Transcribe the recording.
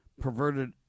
perverted